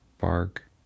bark